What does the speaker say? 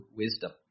wisdom